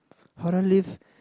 how do I lift